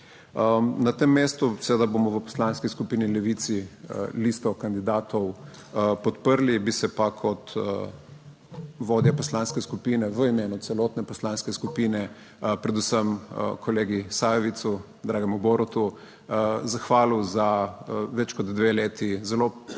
Na tem mestu seveda bomo v Poslanski skupini Levici listo kandidatov podprli. Bi se pa kot vodja poslanske skupine v imenu celotne poslanske skupine predvsem kolegi Sajovicu, dragemu Borutu, zahvalil za več kot dve leti zelo tvornega